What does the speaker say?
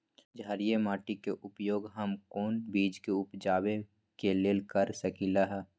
क्षारिये माटी के उपयोग हम कोन बीज के उपजाबे के लेल कर सकली ह?